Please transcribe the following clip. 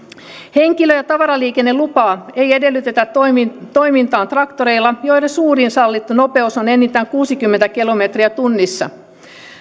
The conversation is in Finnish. henkilö ja tavaraliikennelupaa ei edellytetä toimintaan toimintaan traktoreilla joiden suurin sallittu nopeus on enintään kuusikymmentä kilometriä tunnissa